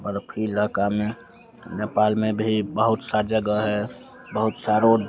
बर्फी इलाक़े में नेपाल में भी बहुत सी जगह है बहुत से रोड